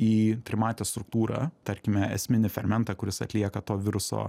į trimatę struktūrą tarkime esminį fermentą kuris atlieka to viruso